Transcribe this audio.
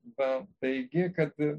be taigi kad